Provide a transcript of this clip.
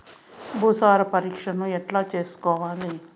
భూసార పరీక్షను ఎట్లా చేసుకోవాలి?